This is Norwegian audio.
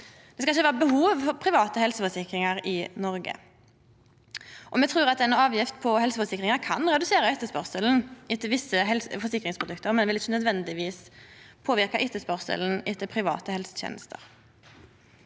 Det skal ikkje vera behov for private helseforsikringar i Noreg. Me trur at ei avgift på helseforsikringar kan redusera etterspurnaden etter visse forsikringsprodukt, men det vil ikkje nødvendigvis påverka etterspurnaden etter private helsetenester.